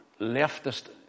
leftist